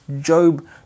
Job